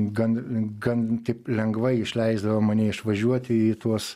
gan gan lengvai išleisdavo mane išvažiuoti į tuos